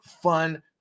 fun